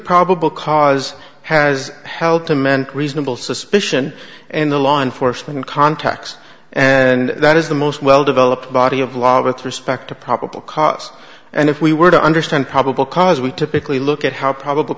probable cause has helped the men reasonable suspicion and the law enforcement contacts and that is the most well developed body of law with respect to probable cause and if we were to understand probable cause we typically look at how probable